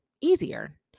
easier